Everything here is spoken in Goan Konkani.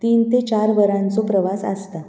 तीन ते चार वरांचो प्रवास आसता